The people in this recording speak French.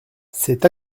c’est